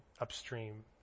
upstream